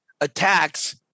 attacks